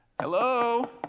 Hello